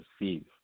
receive